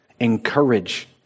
encourage